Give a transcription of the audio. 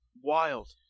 Wild